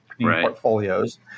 portfolios